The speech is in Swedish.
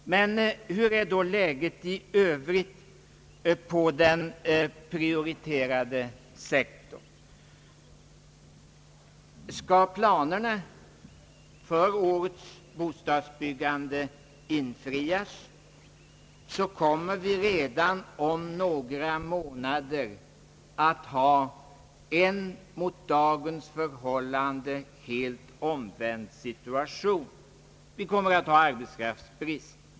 Hur är då läget i övrigt på den prioriterade sektorn? Skall planerna för årets bostadsbyggande fullföljas, kommer vi redan om några månader att ha en mot dagens förhållande helt omvänd situation. Vi kommer att ha arbetskraftsbrist.